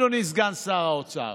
אדוני סגן שר האוצר.